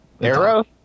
arrow